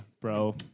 bro